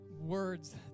words